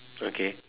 okay